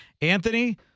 Anthony